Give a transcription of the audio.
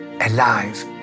alive